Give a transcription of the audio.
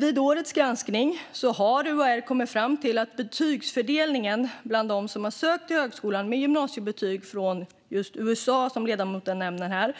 Vid årets granskning har UHR kommit fram till att betygsfördelningen bland dem som har sökt till högskolan med gymnasiebetyg från just USA, som ledamoten nämner här,